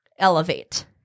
Elevate